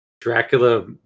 Dracula